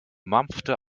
mampfte